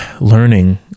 learning